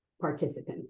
participants